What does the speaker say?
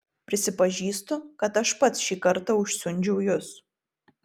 prisipažįstu kad aš pats šį kartą užsiundžiau jus